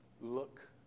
Look